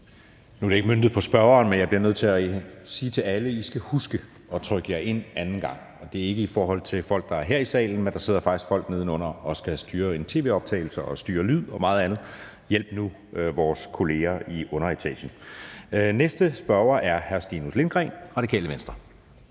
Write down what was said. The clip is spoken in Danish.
Nu er det ikke møntet på spørgeren, men jeg bliver nødt til at sige til alle, at I skal huske at trykke jer ind anden gang. Og det er ikke i forhold til folk, der er her i salen, men der sidder faktisk folk nedenunder og skal styre en tv-optagelse og styre lyd og meget andet, så hjælp nu vores kolleger i underetagen. Næste spørger er hr. Stinus Lindgreen, Radikale Venstre.